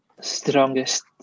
strongest